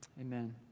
Amen